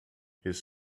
his